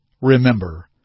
Remember